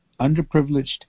underprivileged